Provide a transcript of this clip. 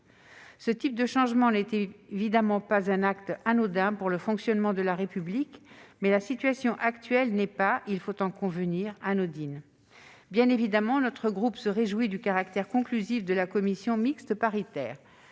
Ce type de changement n'est évidemment pas un acte anodin pour le fonctionnement de la République, mais la situation actuelle n'est pas, il faut en convenir, anodine. Bien évidemment, notre groupe se réjouit du caractère conclusif de la commission mixte paritaire.